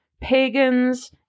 pagans